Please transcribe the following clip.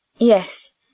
Yes